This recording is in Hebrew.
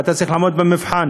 ואתה צריך לעמוד במבחן,